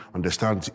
understand